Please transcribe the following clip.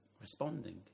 responding